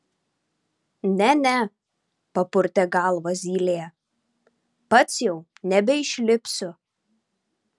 ne ne papurtė galvą zylė pats jau nebeišlipsiu